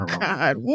God